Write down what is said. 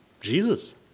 Jesus